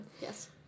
yes